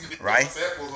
right